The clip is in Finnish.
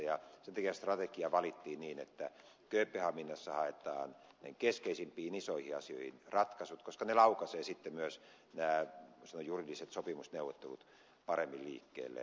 sen takia strategia valittiin niin että kööpenhaminassa haetaan keskeisimpiin isoihin asioihin ratkaisut koska ne laukaisevat sitten myös nämä voisi sanoa juridiset sopimusneuvottelut paremmin liikkeelle